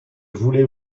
voulais